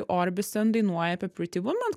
orbisen dainuoja apie prity juman